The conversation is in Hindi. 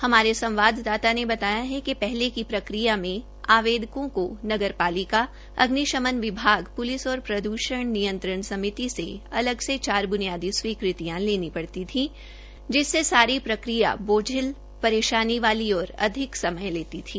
हमारे संवाददाता ने बताया कि पहले की प्रक्रिया में आवेदकों को नगरपालिका अग्निशमन विभाग पुलिस और प्रदूषण नियंत्रण समिति से अलग से चार ब्नियादी स्वीकृतियां लेनी पड़ी थी जिससे प्रक्रिया बोझिल परेशानी वाली और अधिक समय लेती थी